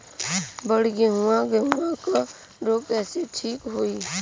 बड गेहूँवा गेहूँवा क रोग कईसे ठीक होई?